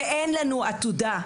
ואין לנו עתודה.